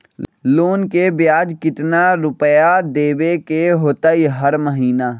Loan के ब्याज कितना रुपैया देबे के होतइ हर महिना?